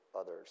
others